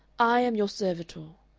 i am your servitor.